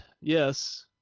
yes